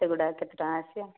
ସେଗୁଡ଼ାକ କେତେଟଙ୍କା ଆସିବ